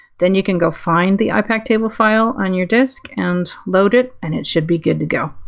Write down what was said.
then you can go find the ipac table file on your disk and load it, and it should be good to go.